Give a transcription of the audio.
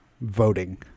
voting